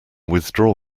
withdraw